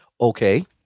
Okay